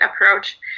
approach